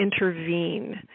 intervene